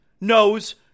knows